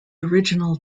original